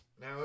Now